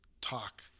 talk